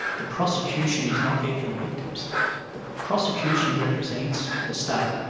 the prosecution is not there for the victims the prosecution represents the state.